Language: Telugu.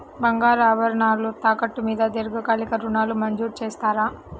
బంగారు ఆభరణాలు తాకట్టు మీద దీర్ఘకాలిక ఋణాలు మంజూరు చేస్తారా?